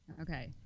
Okay